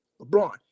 LeBron